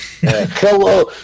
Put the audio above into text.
Hello